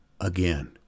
again